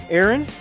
Aaron